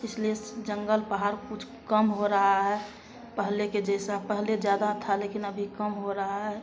इसलिए जंगल पहाड़ कुछ कम हो रहा है पहले के जैसा पहले ज़्यादा था लेकिन अभी कम हो रहा है